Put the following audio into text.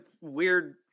weird